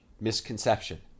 misconception